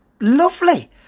Lovely